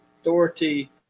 authority